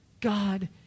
God